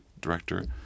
director